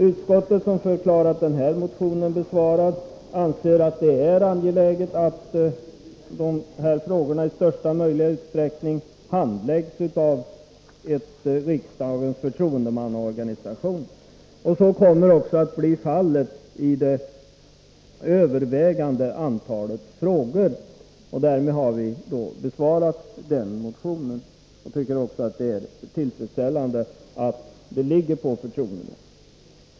Utskottet, som förklarat den här motionen besvarad, anser att det är angeläget att dessa frågor i största möjliga utsträckning handläggs av ett riksdagens förtroendemannaorgan. Så kommer också att bli fallet i det övervägande antalet frågor. Därmed har vi besvarat den motionen. Jag tycker också att det är tillfredsställande att det kommer att vila på förtroendemannaorgan.